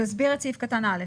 תסביר את סעיף קטן (א).